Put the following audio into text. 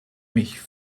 mich